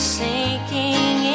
sinking